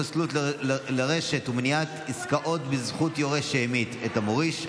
פסלות לרשת ומניעת עסקאות בזכות יורש שהמית את המוריש),